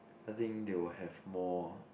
I think they will have more